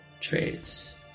traits